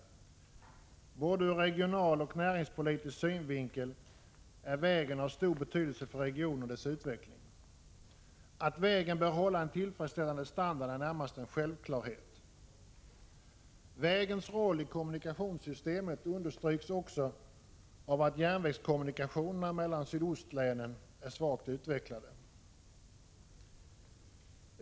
Ur både regionaloch näringspolitisk synvinkel är vägen av stor betydelse för regionen och dess utveckling. Att vägen bör hålla en tillfredsställande standard är närmast en självklarhet. Vägens roll i kommunikationssystemet understryks också av att järnvägskommunikationerna mellan sydostlänen är svagt utvecklade.